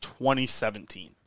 2017